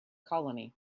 colony